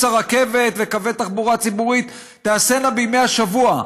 הרכבת וקווי תחבורה ציבורית תיעשינה בימי השבוע,